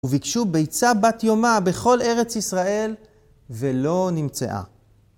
וביקשו ביצה בת יומה בכל ארץ ישראל ולא נמצאה.